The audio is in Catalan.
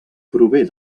prové